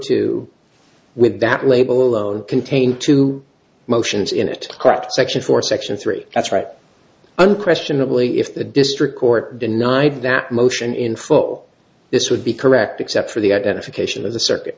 to with that label alone contained two motions in it cracked section four section three that's right unquestionably if the district court denied that motion in full this would be correct except for the identification